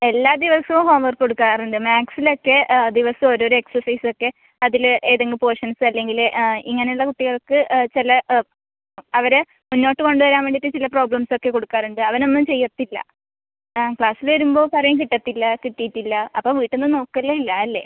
എല്ലാ ദിവസവും homework കൊടുക്കാറുണ്ട് മാത്സിൽ ഒക്കെ ദിവസം ഓരോരോ എക്സർസൈസ് ഒക്കെ അതിൽ ഏതെങ്കും പോർഷൻസ് അല്ലെങ്കിൽ ഇങ്ങനെ ഉള്ള കുട്ടികൾക്ക് ചില അവരെ മുന്നോട്ട് കൊണ്ട് വരാൻ വേണ്ടീട്ട് ചില പ്രോബ്ലെംസ് ഒക്കെ കൊടുക്കാറുണ്ട് അവൻ ഒന്നും ചെയ്യത്തില്ല ആ ക്ലാസ്സിൽ വരുമ്പോൾ പറയും കിട്ടത്തില്ല കിട്ടീട്ട് ഇല്ല അപ്പോൾ വീട്ടിൽ നിന്ന് നോക്കലേ ഇല്ല അല്ലേ